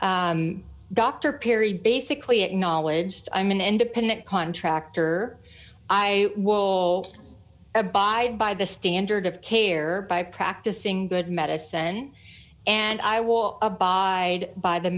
document dr perry basically acknowledged i'm an independent contractor i will abide by the standard of care by practicing good medicine and i will abide by the